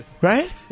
Right